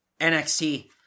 NXT